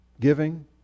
giving